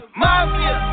mafia